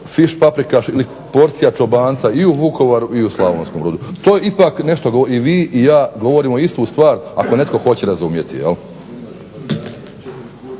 fiš paprikaš ili porcija čobanca i u Vukovaru i u Slavonskom Brodu. To ipak nešto govori. I vi i ja govorimo istu stvar ako netko hoće razumjeti.